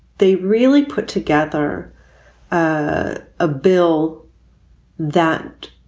they really put together a ah bill that,